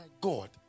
God